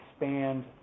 expand